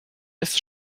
ist